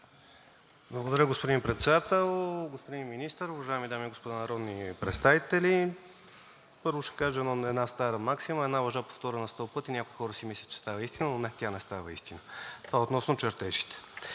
Благодаря, господин Председател. Господин Министър, уважаеми дами и господа народни представители! Първо ще кажа една стара максима: една лъжа, повторена сто пъти, някои хора си мислят, че става истина, но не, тя не става истина. Това относно чертежите.